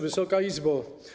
Wysoka Izbo!